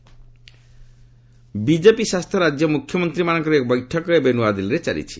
BJP CM meeting BJP ଶାସିତ ରାଜ୍ୟ ମୁଖ୍ୟମନ୍ତ୍ରୀମାନଙ୍କର ଏକ ବୈଠକ ଏବେ ନୂଆଦିଲ୍ଲୀରେ ଚାଲିଛି